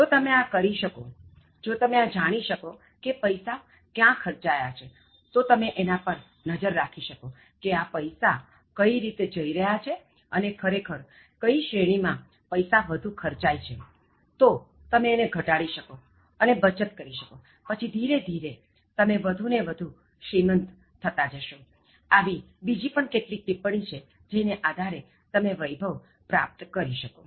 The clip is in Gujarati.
જો તમે આ કરી શકો જો તમે જાણી શકો કે પૈસા ક્યાં ખર્ચાયા છે જો તમે એના પર નજર રાખી શકો કે આ પૈસા કઈ રીતે જઈ રહ્યા છે અને ખરેખર કઈ શ્રેણી માં પૈસા વધુ ખર્ચાય છે તો એને ઘટાડી શકો અને બચત કરી શકોપછી ધીરે ધીરે તમે વધુ ને વધુ શ્રીમંત થતાં જશો અને આવી બીજી પણ કેટલીક ટિપ્પણી છે જેના આધારે તમે વૈભવ પ્રાપ્ત કરી શકો